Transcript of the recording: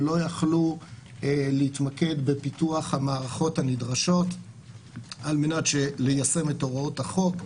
ולא יכלו להתמקד בפיתוח המערכות הנדרשות על מנת ליישם את הוראות החוק.